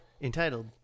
entitled